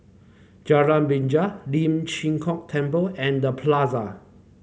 Jalan Binjai Lian Chee Kek Temple and The Plaza